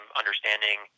understanding